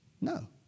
No